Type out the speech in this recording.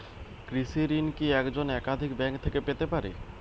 কৃষিঋণ কি একজন একাধিক ব্যাঙ্ক থেকে পেতে পারে?